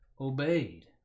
obeyed